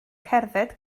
cerdded